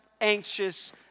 anxious